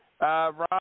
Rob